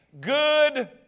good